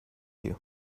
you